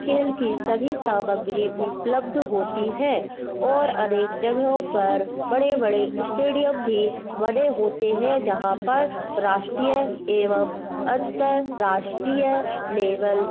खेल की सभी सामग्री उपलब्ध होती है और अनेक जगहों पर बड़े बड़े स्टेडियम भी बने होते हैं जहाँ पर राष्ट्रीय एवम् अंतर्राष्ट्रीय लेबल